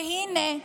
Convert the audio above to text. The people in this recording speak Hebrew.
והינה,